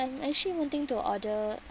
I'm actually wanting to order